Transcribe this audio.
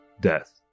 death